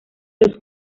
los